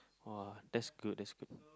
!wah! that's good that's good